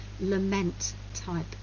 lament-type